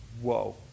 Whoa